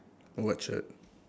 what shirt